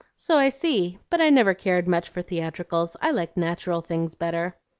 so i see but i never cared much for theatricals, i like natural things better.